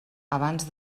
abans